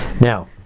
now